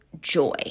joy